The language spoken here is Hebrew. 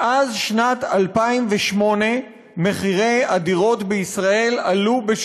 מאז שנת 2008 מחירי הדירות בישראל עלו.